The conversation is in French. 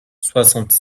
soixante